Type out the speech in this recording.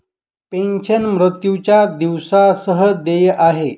pension, मृत्यूच्या दिवसा सह देय आहे